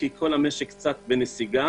כי כל המשק קצת בנסיגה.